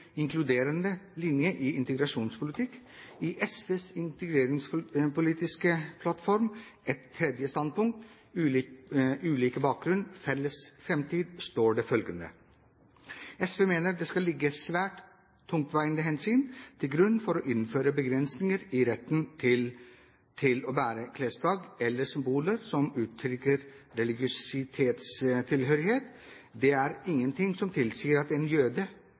inkluderende linje i integrasjonspolitikken. I SVs integreringspolitiske plattform, Et tredje standpunkt: Ulik bakgrunn – Felles framtid, står det følgende: «SV mener det skal ligge svært tungtveiende hensyn til grunn for å innføre begrensninger i retten til å bære klesplagg eller symboler som uttrykker religiøs tilhørighet. Det er ingenting som tilsier at en jøde,